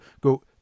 go